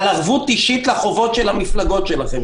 על ערבות אישית לחובות של המפלגות שלכם.